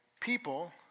people